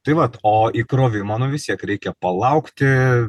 tai vat o įkrovimo nu vis tiek reikia palaukti